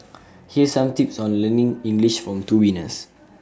here some tips on learning English from two winners